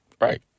Right